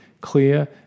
clear